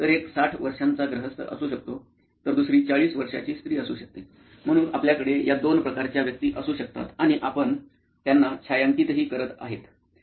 तर एक साठ वर्षांचा गृहस्थ असू शकतो तर दुसरी चाळीस वर्षाची स्त्री असू शकते म्हणून आपल्याकडे या दोन प्रकारच्या व्यक्ती असू शकतात आणि आपण त्याना छायांकीत ही करत आहेत